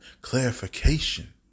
clarification